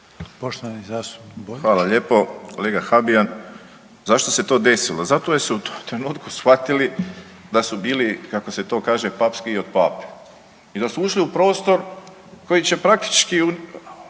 Hvala lijepo. Kolega Habijan, zašto se to desilo, zato jer su u tom trenutku shvatili da su bili kako se to kaže papskiji od Pape i da su ušli u prostor koji će praktički